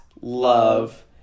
love